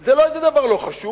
זה לא איזה דבר לא חשוב.